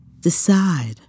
Decide